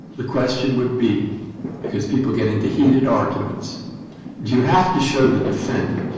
the question would be because people get into heated arguments do you have to show the defendant